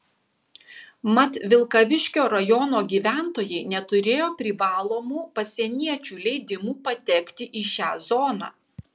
mat vilkaviškio rajono gyventojai neturėjo privalomų pasieniečių leidimų patekti į šią zoną